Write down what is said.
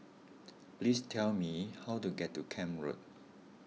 please tell me how to get to Camp Road